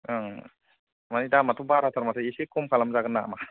माने दामाथ' बाराथार माथो एसे खम खालामजागोन नामा